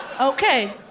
Okay